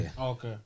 Okay